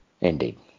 Indeed